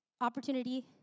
opportunity